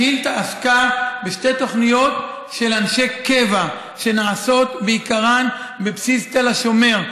השאילתה עסקה בשתי תוכניות של אנשי קבע שנעשות בעיקרן בבסיס תל השומר,